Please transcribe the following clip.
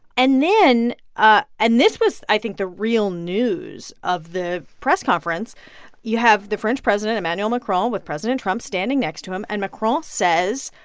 and then ah and this was i think the real news of the press conference you have the french president, emmanuel macron, with president trump standing next to him. and macron says,